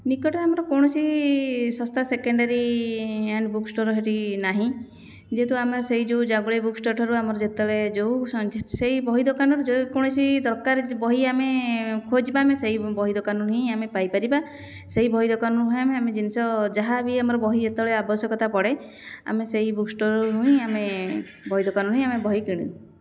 ନିକଟରେ ଆମର କୌଣସି ଶସ୍ତା ସେକେଣ୍ଡେରୀ ଏଣ୍ଡ ବୁକ୍ଷ୍ଟୋର୍ ସେଇଠି ନାହିଁ ଯେହେତୁ ଆମେ ସେହି ଯେଉଁ ଜାଗୁଳେଇ ବୁକ୍ଷ୍ଟୋର୍ ଠାରୁ ଆମର ଯେତେବେଳେ ଯେଉଁ ସେହି ବହି ଦୋକାନରୁ ଯେକୌଣସି ଦରକାର ବହି ଆମେ ଖୋଜିବା ଆମେ ସେହି ବହି ଦୋକାନରୁ ହିଁ ଆମେ ପାଇପାରିବା ସେହି ବହି ଦୋକାନରୁ ହିଁ ଆମେ ଜିନିଷ ଯାହା ବି ଆମର ବହି ଯେତେବେଳେ ଆବଶ୍ୟକତା ପଡ଼େ ଆମେ ସେହି ବୁକ୍ଷ୍ଟୋର୍ରୁ ହିଁ ଆମେ ବହି ଦୋକାନରୁ ହିଁ ଆମେ ବହି କିଣୁ